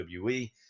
WWE